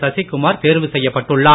சசிகுமார் தேர்வு செய்யப்பட்டுள்ளார்